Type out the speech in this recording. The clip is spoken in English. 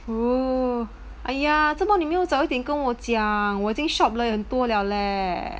!woo! !aiya! 怎么你没有早一点跟我讲我已经 shop 很多 liao leh